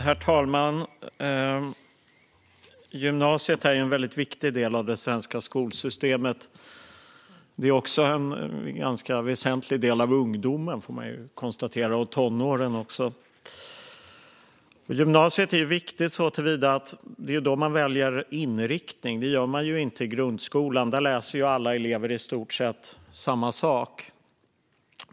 Herr talman! Gymnasiet är ju en väldigt viktig del av det svenska skolsystemet. Det är också en ganska väsentlig del av ungdomen och tonåren, får man konstatera. Gymnasiet är viktigt såtillvida att det är då man väljer inriktning. Det gör man ju inte i grundskolan, utan där läser alla elever i stort sett samma sak.